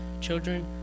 children